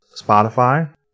Spotify